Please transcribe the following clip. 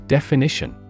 Definition